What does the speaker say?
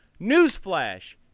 Newsflash